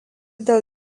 dėl